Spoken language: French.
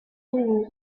unis